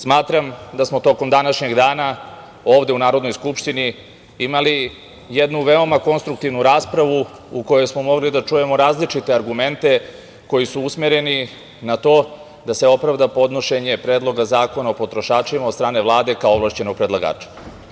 Smatram da smo tokom današnjeg dana ovde u Narodnoj skupštini imali jednu veoma konstruktivnu raspravu u kojoj smo mogli da čujemo različite argumente koji su usmereni na to da se opravda podnošenje Predloga zakona o potrošačima od strane Vlade, kao ovlašćenog predlagača.